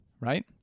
right